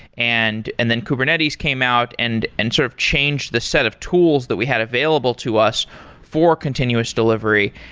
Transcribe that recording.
and and then kubernetes came out and and sort of changed the set of tools that we had available to us for continuous delivery.